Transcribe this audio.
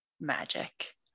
magic